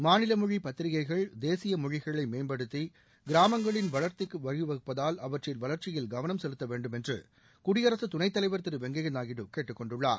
மாநில மொழி பத்திரிக்கைகள் தேசிய மொழிகளை மேம்படுத்தி கிராமங்களின் வளத்திற்கு வழிவகுப்பதால் அவற்றின் வளர்ச்சியில் கவனம் செவுத்த வேன்டும் என்று குடியரசு துணைத்தலைவர் திரு வெங்கையா நாயுடு கேட்டுக் கொண்டுள்ளார்